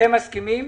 אתם מסכימים?